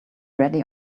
ready